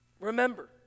Remember